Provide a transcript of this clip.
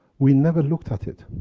we never looked at it,